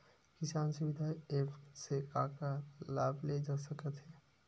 किसान सुविधा एप्प से का का लाभ ले जा सकत हे?